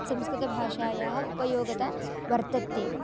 संस्कृतभाषायाः उपयोगता वर्तत्येव